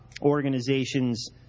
organizations